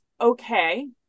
okay